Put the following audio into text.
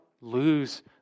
lose